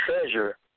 treasure